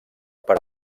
per